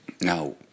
Now